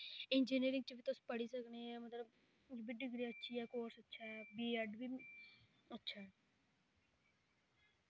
engineering च बी तुस पढ़ी सकने मतलब ओह् बी डिग्री अच्छी ऐ कोर्स अच्छा ऐ बी एड बी अच्छा ऐ